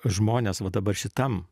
žmones va dabar šitam